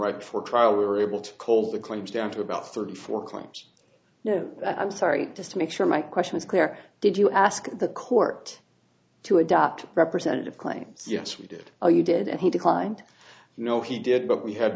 right before trial we were able to call the claims down to about thirty four claims you know that i'm sorry just to make sure my question is clear did you ask the court to adopt a representative claims yes we did or you did and he declined you know he did but we ha